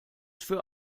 für